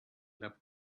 left